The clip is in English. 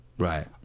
Right